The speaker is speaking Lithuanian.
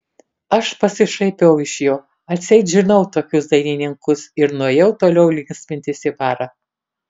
aš pasišaipiau iš jo atseit žinau tokius dainininkus ir nuėjau toliau linksmintis į barą